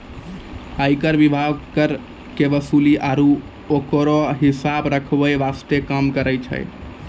आयकर विभाग कर के वसूले आरू ओकरो हिसाब रख्खै वास्ते काम करै छै